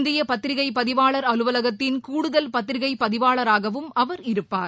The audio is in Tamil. இந்திய பத்திரிகை பதிவாளர் அலுவலகத்தின் கூடுதல் பத்திரிகை பதிவாளராகவும் அவர் இருப்பார்